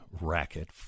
racket